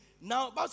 Now